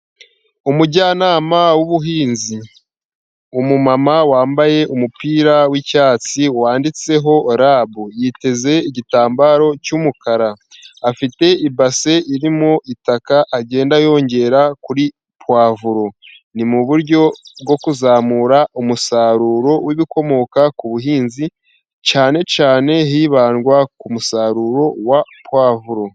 Umujyanama w'ubuhinzi; umumama wambaye umupira w'icyatsi wanditseho RAB, yiteze igitambaro cy'umukara, afite i base irimo itaka agenda yongera kuri pavuro, ni muburyo bwo kuzamura umusaruro w'ibikomoka ku buhinzi cyane cyane hibandwa ku musaruro wa pawuro.